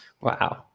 Wow